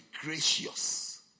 gracious